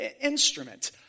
instrument